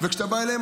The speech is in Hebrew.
וכשאתה בא אליהם,